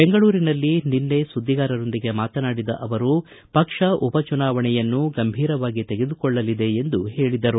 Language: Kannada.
ಬೆಂಗಳೂರಿನಲ್ಲಿ ನಿನ್ನೆ ಸುದ್ದಿಗಾರರೊಂದಿಗೆ ಮಾತನಾಡಿದ ಅವರು ಪಕ್ಷ ಉಪ ಚುನಾವಣೆಯನ್ನು ಗಂಭೀರವಾಗಿ ತೆಗೆದುಕೊಳ್ಳಲಿದೆ ಎಂದು ಹೇಳಿದರು